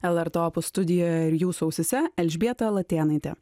lrt opus studijoje ir jūsų ausyse elžbieta latėnaitė